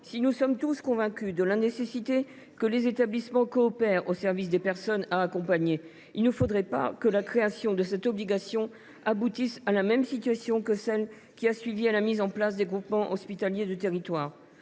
Si nous sommes tous convaincus de la nécessité que les établissements coopèrent au service des personnes à accompagner, il ne faudrait pas que la création de cette obligation aboutisse à la même situation que celle qui a suivi la mise en place des groupements hospitaliers de territoire